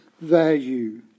value